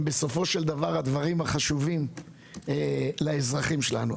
בסופו של דבר הדברים החשובים לאזרחים שלנו,